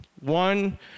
One